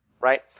right